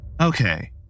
Okay